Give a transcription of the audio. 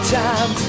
time